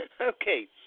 Okay